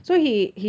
ya